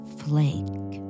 flake